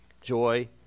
joy